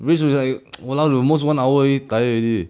range was like !walao! at most one hour then tired already